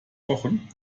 kochen